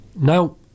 Now